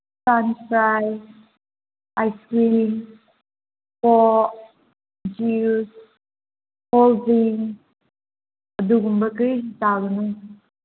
French fries ice cream okay grills ꯑꯗꯨꯒꯨꯝꯕ ꯀꯔꯤꯁꯨ ꯆꯥꯒꯅꯨ